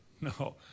No